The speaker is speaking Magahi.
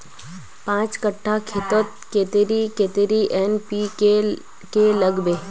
पाँच कट्ठा खेतोत कतेरी कतेरी एन.पी.के के लागबे?